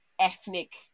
ethnic